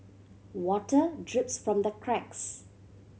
water drips from the cracks